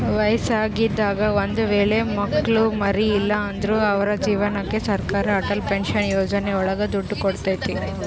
ವಯಸ್ಸಾಗಿದಾಗ ಒಂದ್ ವೇಳೆ ಮಕ್ಳು ಮರಿ ಇಲ್ಲ ಅಂದ್ರು ಅವ್ರ ಜೀವನಕ್ಕೆ ಸರಕಾರ ಅಟಲ್ ಪೆನ್ಶನ್ ಯೋಜನೆ ಒಳಗ ದುಡ್ಡು ಕೊಡ್ತೈತಿ